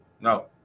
No